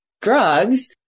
drugs